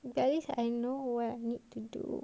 but at least I know what you need to do